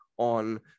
on